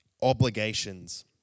obligations